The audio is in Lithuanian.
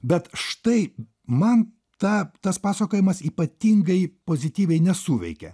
bet štai man ta tas pasakojimas ypatingai pozityviai nesuveikia